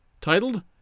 titled